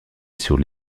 sur